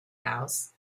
house